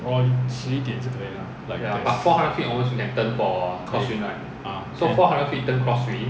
orh 吃一点也是可以 lah 对 ah can